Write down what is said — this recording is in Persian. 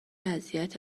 وضعیت